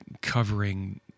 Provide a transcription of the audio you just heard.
covering